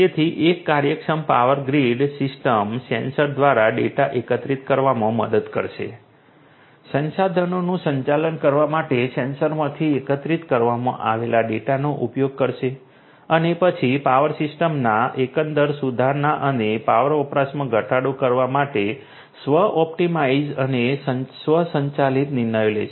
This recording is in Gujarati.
તેથી એક કાર્યક્ષમ પાવર ગ્રીડ સિસ્ટમ સેન્સર દ્વારા ડેટા એકત્રિત કરવામાં મદદ કરશે સંસાધનોનું સંચાલન કરવા માટે સેન્સરમાંથી એકત્રિત કરવામાં આવેલા ડેટાનો ઉપયોગ કરશે અને પછી પાવર સિસ્ટમના એકંદર સુધારણા અને પાવર વપરાશમાં ઘટાડો કરવા માટે સ્વ ઑપ્ટિમાઇઝ અને સ્વચાલિત નિર્ણયો લેશે